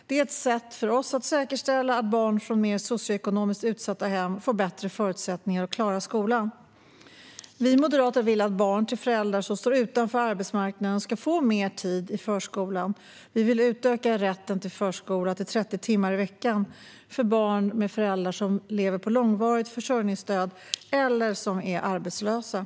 Det är ett sätt att säkerställa att barn från mer socioekonomiskt utsatta hem får bättre förutsättningar att klara skolan. Vi moderater vill att barn till föräldrar som står utanför arbetsmarknaden ska få mer tid i förskolan. Vi vill utöka rätten till förskola till 30 timmar i veckan för barn vars föräldrar får långvarigt försörjningsstöd eller är arbetslösa.